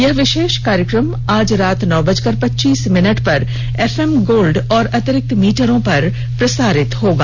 यह विशेष कार्यक्रम आज रात नौ बजकर पच्चीस मिनट पर एफएम गोल्ड और अतिरिक्त मीटरों पर प्रसारित होगा